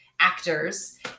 actors